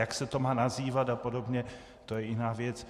Jak se to má nazývat a podobně, to je jiná věc.